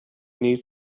needs